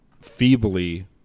feebly